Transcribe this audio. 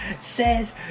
says